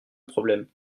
problème